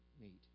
meet